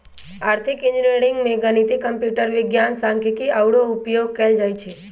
आर्थिक इंजीनियरिंग में गणित, कंप्यूटर विज्ञान, सांख्यिकी आउरो के उपयोग कएल जाइ छै